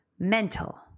Mental